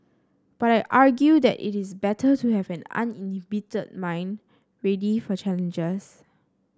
but I argue that it is better to have an uninhibited mind ready for challenges